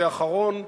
ואחרון,